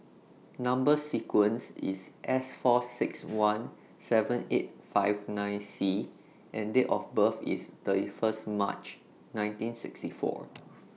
Number sequence IS S four six one seven eight five nine C and Date of birth IS thirty First March nineteen sixty four